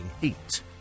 heat